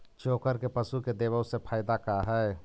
चोकर के पशु के देबौ से फायदा का है?